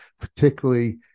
particularly